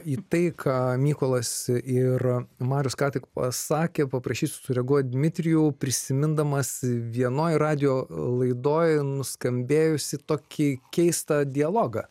į tai ką mykolas ir marius ką tik pasakė paprašysiu sureaguoti dmitrijų prisimindamas vienoj radijo laidoj nuskambėjusį tokį keistą dialogą